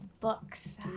books